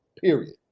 Period